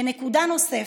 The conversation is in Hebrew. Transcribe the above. ונקודה נוספת: